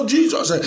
Jesus